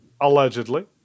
Allegedly